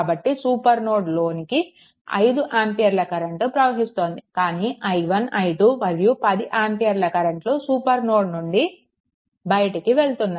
కాబట్టి super node లోనికి 5 ఆంపియర్ల కరెంట్ ప్రవహిస్తోంది కానీ i1 i2 మరియు 10 ఆంపియర్ల కరెంట్లు సూపర్ నోడ్ నుండి బయటికి వెళ్తున్నాయి